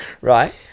Right